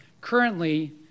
Currently